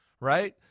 right